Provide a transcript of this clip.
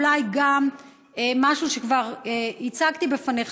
אולי גם זה משהו שכבר הצגתי בפניך,